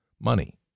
money